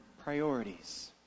priorities